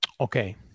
Okay